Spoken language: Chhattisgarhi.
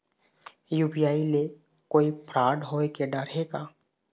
यू.पी.आई ले कोई फ्रॉड होए के डर हे का?